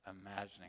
imagining